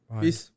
peace